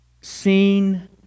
seen